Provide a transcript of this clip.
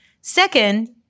Second